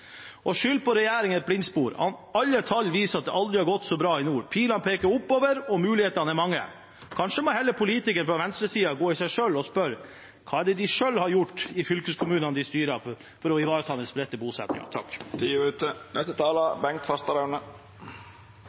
Å skylde på regjeringen er et blindspor. Alle tall viser at det aldri før har gått så bra i nord. Pilene peker oppover, og mulighetene er mange. Kanskje politikerne fra venstresiden heller må gå i seg selv og spørre hva de selv har gjort i fylkeskommunene de styrer, for å ivareta den